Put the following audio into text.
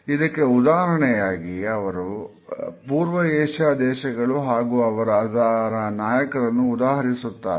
ಇದಕ್ಕೆ ಉದಾಹರಣೆಯಾಗಿ ಅವರು ಪೂರ್ವ ಏಷ್ಯಾ ದೇಶಗಳು ಹಾಗೂ ಅದರ ನಾಯಕರನ್ನು ಉದಾಹರಿಸುತ್ತಾರೆ